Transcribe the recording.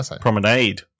Promenade